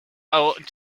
avenue